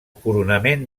coronament